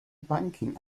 banking